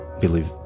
believe